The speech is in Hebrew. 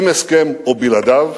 עם הסכם או בלעדיו,